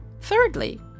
Thirdly